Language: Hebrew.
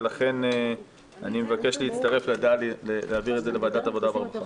ולכן אני מבקש להצטרף לבקשה להעביר את זה לוועדת העבודה והרווחה.